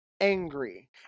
angry